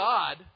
God